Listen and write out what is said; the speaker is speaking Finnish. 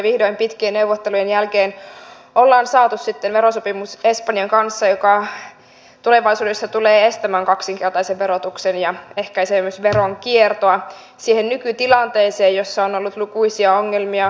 vihdoin pitkien neuvottelujen jälkeen on saatu sitten espanjan kanssa verosopimus joka tulevaisuudessa tulee estämään kaksinkertaisen verotuksen ja ehkäisee myös veronkiertoa siihen nykytilanteeseen nähden jossa on ollut lukuisia ongelmia